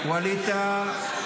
ווליד טאהא,